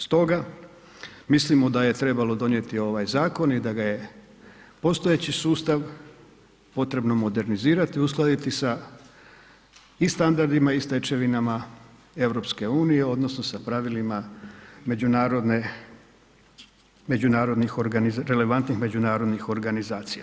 Stoga mislimo da je trebalo donijeti ovaj zakon i da ga je postojeći sustav potrebno modernizirati i uskladiti sa i standardima i stečevinama EU, odnosno sa pravilima međunarodnih relevantnih međunarodnih organizacija.